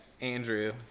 Andrew